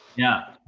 yeah.